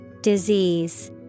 Disease